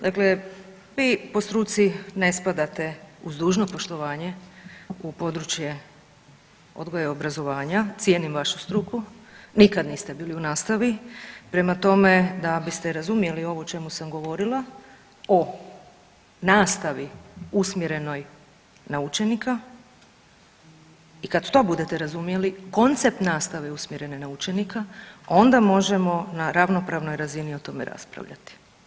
Dakle, vi po struci ne spadate uz dužno poštovanje u područje odgoja i obrazovanja, cijenim vašu struku, nikad niste bili u nastavi, prema tome da biste razumjeli ovo o čemu sam govorila o nastavi usmjerenoj na učenika i kad to budete razumjeli koncept nastave usmjerene na učenika onda možemo na ravnopravnoj razini o tome raspravljati.